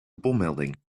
bommelding